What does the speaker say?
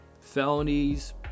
felonies